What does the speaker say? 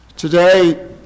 Today